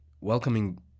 welcoming